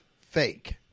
fake